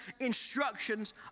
instructions